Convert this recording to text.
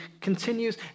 continues